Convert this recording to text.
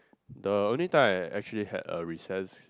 the only time I actually had a recess